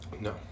No